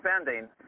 spending